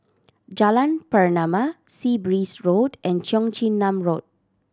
Jalan Pernama Sea Breeze Road and Cheong Chin Nam Road